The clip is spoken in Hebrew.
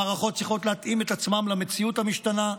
המערכות צריכות להתאים את עצמן למציאות המשתנה,